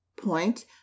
point